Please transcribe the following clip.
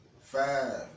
five